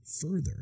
further